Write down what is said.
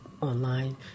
online